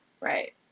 Right